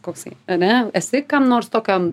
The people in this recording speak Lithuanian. koksai ane esi kam nors tokiam